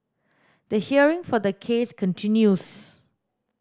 the hearing for the case continues